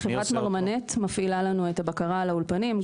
חברת מרמנת מפעילה לנו את הבקרה על האולפנים.